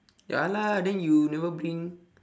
ya lah then you never bring